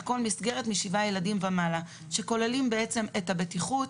כל מסגרת משבעה ילדים ומעלה שכוללים בעצם את הבטיחות,